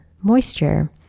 moisture